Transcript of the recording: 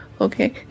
Okay